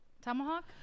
Tomahawk